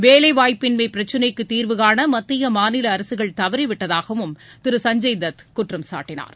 வேலைவாய்ப்பின்மை பிரச்சனைக்கு தீர்வுகாண மத்திய மாநில அரசுகள் தவறிவிட்டதாகவும் திரு சஞ்சய் தத் குற்றம் சாட்டினார்